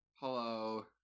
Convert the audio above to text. Hello